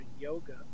yoga